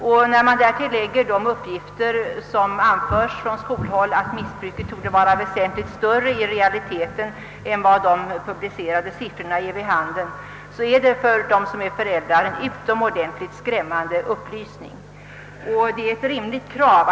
Men om man därtill lägger uppgifterna från skolhåll, att missbruket i realiteten torde vara väsentligt större än vad de publicerade siffrorna ger vid handen, så är det en oerhört skrämmande upplysning för föräldrarna.